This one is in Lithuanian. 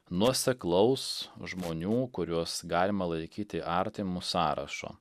nuoseklaus žmonių kuriuos galima laikyti artimu sąrašo